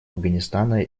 афганистана